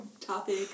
Topic